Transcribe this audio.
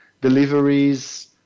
deliveries